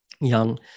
young